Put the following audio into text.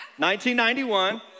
1991